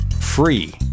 Free